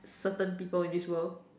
percent people in this world